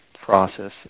process